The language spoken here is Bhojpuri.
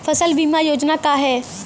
फसल बीमा योजना का ह?